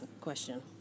question